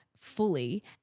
fully